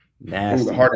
Nasty